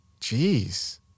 Jeez